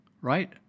right